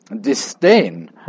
disdain